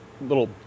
little